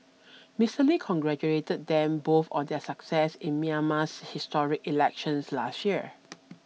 Mister Lee congratulated them both on their success in Myanmar's historic elections last year